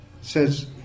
says